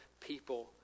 people